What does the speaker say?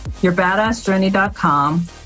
yourbadassjourney.com